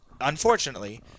Unfortunately